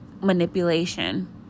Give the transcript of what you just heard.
manipulation